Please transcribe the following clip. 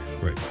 Right